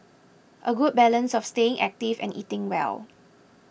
a good balance of staying active and eating well